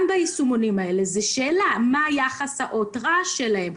וגם ביישומונים האלה עולה השאלה מה יחס האות-רעש שלהם.